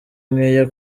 nkeya